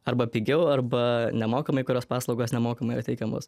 arba pigiau arba nemokamai kurios paslaugos nemokamai yra teikiamos